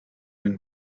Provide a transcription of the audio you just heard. and